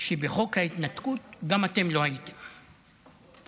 שבחוק ההתנתקות גם אתם לא הייתם פה.